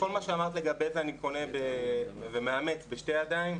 כל מה שאמרת, אני קונה ומאמץ בשתי ידיים.